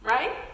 Right